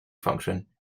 function